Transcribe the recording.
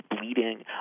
bleeding